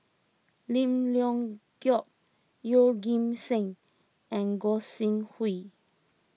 Lim Leong Geok Yeoh Ghim Seng and Gog Sing Hooi